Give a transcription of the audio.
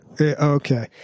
okay